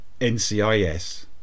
NCIS